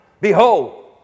behold